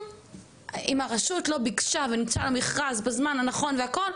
אם הרשות לא ביקשה ואם לא יצא המכרז בזמן הנכון וכולי,